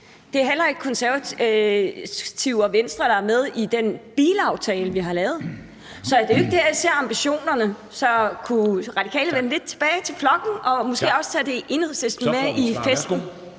Det er heller ikke Konservative og Venstre, der er med i den bilaftale, vi har lavet. Så det er ikke der, jeg ser ambitionerne. Så kunne Radikale vende lidt tilbage til flokken og måske også tage Enhedslisten med i festen?